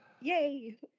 Yay